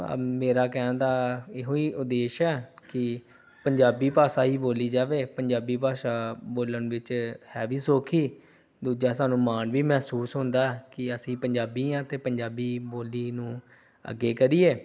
ਮੇਰਾ ਕਹਿਣ ਦਾ ਇਹੋ ਹੀ ਉਦੇਸ਼ ਹੈ ਕਿ ਪੰਜਾਬੀ ਭਾਸ਼ਾ ਹੀ ਬੋਲੀ ਜਾਵੇ ਪੰਜਾਬੀ ਭਾਸ਼ਾ ਬੋਲਣ ਵਿੱਚ ਹੈ ਵੀ ਸੌਖੀ ਦੂਜਾ ਸਾਨੂੰ ਮਾਣ ਵੀ ਮਹਿਸੂਸ ਹੁੰਦਾ ਕਿ ਅਸੀਂ ਪੰਜਾਬੀ ਹਾਂ ਅਤੇ ਪੰਜਾਬੀ ਬੋਲੀ ਨੂੰ ਅੱਗੇ ਕਰੀਏ